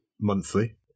monthly